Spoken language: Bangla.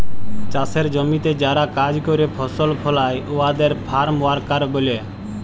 চাষের জমিতে যারা কাজ ক্যরে ফসল ফলায় উয়াদের ফার্ম ওয়ার্কার ব্যলে